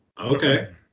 okay